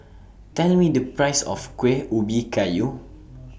Tell Me The Price of Kuih Ubi Kayu